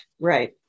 Right